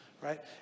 right